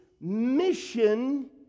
mission